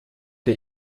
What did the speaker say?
der